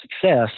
success